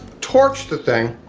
torched the thing,